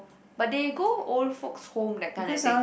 but they go old folks' home that kind of thing